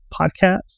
podcasts